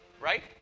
Right